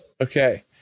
Okay